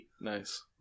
Nice